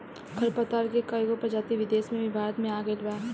खर पतवार के कएगो प्रजाति विदेश से भी भारत मे आ गइल बा